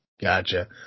Gotcha